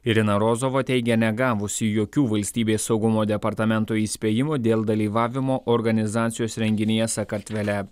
irina rozova teigia negavusi jokių valstybės saugumo departamento įspėjimų dėl dalyvavimo organizacijos renginyje sakartvele